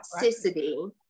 toxicity